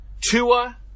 Tua